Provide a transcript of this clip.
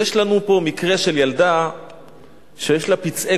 יש לנו פה מקרה של ילדה שיש לה פצעי